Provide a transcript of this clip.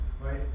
right